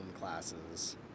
classes